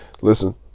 listen